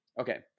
Okay